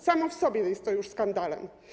Samo w sobie jest to już skandalem.